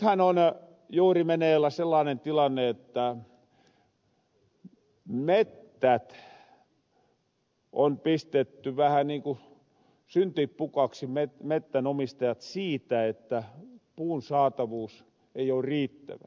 nythän on juuri meneillä sellaanen tilanne että mettänomistajat on pistetty vähän niin ku syntipukiksi siitä että puun saatavuus ei oo riittävää